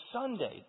Sunday